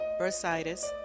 bursitis